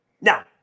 Now